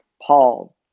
Paul